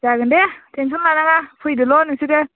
जागोन दे टेनसन लानाङा फैदोल' नोंसोरो